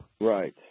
Right